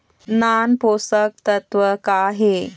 नान पोषकतत्व का हे?